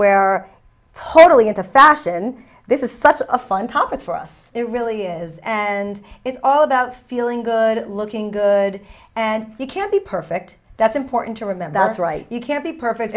where totally into fashion this is such a fun topic for us it really is and it's all about feeling good looking good and you can't be perfect that's important to remember that's right you can't be perfect